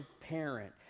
parent